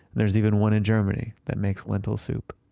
there's even one in germany that makes lentil soup.